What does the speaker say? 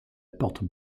porte